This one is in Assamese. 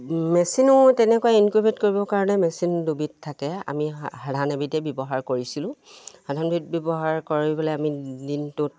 মেচিনো তেনেকুৱা ইনকিউবেট কৰিবৰ কাৰণে মেচিন দুবিধ থাকে আমি সাধাৰণ এবিধেই ব্যৱহাৰ কৰিছিলোঁ সাধাৰণ বিধ ব্যৱহাৰ কৰিবলে আমি দিনটোত